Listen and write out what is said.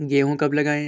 गेहूँ कब लगाएँ?